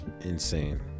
Insane